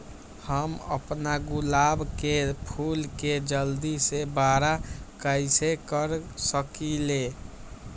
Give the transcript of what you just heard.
हम अपना गुलाब के फूल के जल्दी से बारा कईसे कर सकिंले?